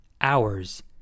hours